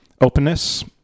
openness